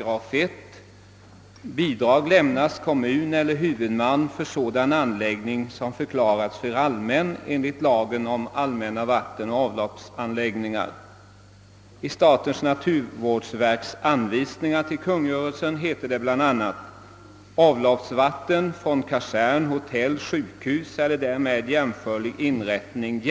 Enligt de tilllämpningsföreskrifter, som naturvårdsverket har utfärdat, är anläggningsdelar som erfordras för att ta emot större mängder eller särskilt beskaffat avloppsvatten från industrier och liknande verksamhet inte bidragsberättigade. Däremot jämställes avloppsvatten från kasern, hotell, sjukhus eller därmed jämförlig inrättning